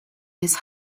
his